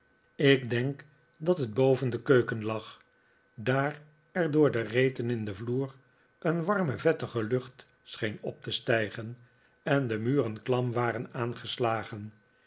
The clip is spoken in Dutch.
ik denk dat het boven de keuken lag daar er door de reten in den vloer een warme vettige lucht scheen op te stijgen en de muren klam waren aangeslagen